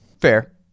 Fair